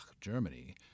Germany